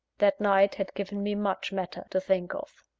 that night had given me much matter to think of.